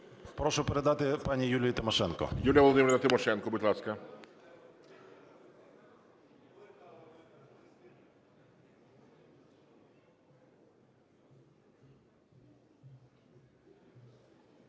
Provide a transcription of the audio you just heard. Прошу передати пані Юлії Тимошенко.